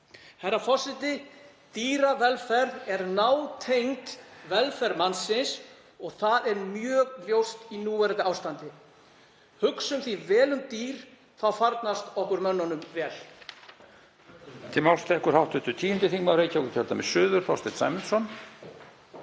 kjötframleiðslu. Dýravelferð er nátengd velferð mannsins. Það er mjög ljóst í núverandi ástandi. Hugsum vel um dýr, þá farnast okkur mönnunum vel.